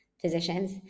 Physicians